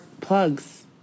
plugs